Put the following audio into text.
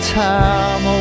time